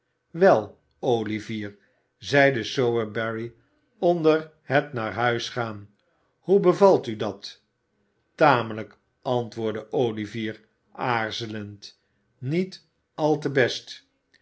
wel olivier zeide sowerberry onder het naar huis gaan hoe bevalt u dat tamelijk antwoordde olivier aarzelend niet al te best